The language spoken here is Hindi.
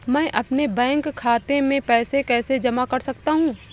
मैं अपने बैंक खाते में पैसे कैसे जमा कर सकता हूँ?